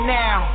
now